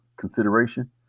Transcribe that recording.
consideration